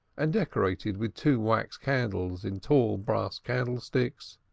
and decorated with two wax candles in tall, brass candlesticks,